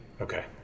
Okay